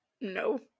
No